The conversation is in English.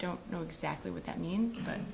don't know exactly what that means but